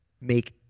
Make